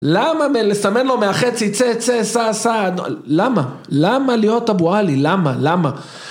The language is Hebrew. למה לסמן לו מהחצי צא, צא, סע, סע, למה? למה להיות אבו עלי, למה? למה?